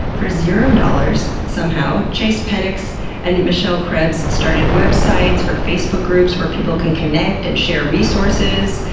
for zero dollars somehow, chase penix and michelle krebs started websites or facebook groups where people can connect and share resources.